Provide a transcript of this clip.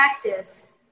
practice